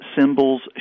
symbols